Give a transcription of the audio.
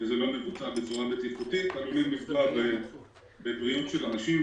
כשזה לא מבוצע בצורה בטיחותית עלולים לפגוע בבריאות של אנשים.